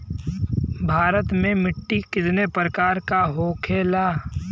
भारत में मिट्टी कितने प्रकार का होखे ला?